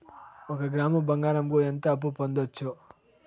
ఒక గ్రాము బంగారంకు ఎంత అప్పు పొందొచ్చు